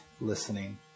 listening